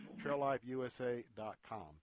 traillifeusa.com